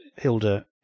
Hilda